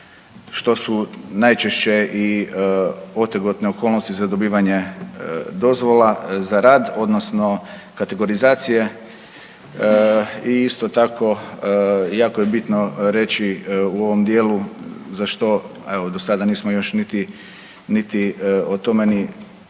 što su najčešće i otegotne okolnosti za dobivanje dozvola za rad odnosno kategorizacije. I isto tako jako je bitno reći u ovom dijelu za što evo do sada nismo još niti, niti o tome ni